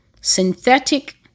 synthetic